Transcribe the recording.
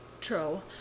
True